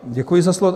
Děkuji za slovo.